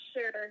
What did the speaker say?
sure